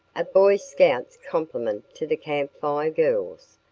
a boy scout's compliment to the camp fire girls,